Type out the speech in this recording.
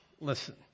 Listen